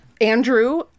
Andrew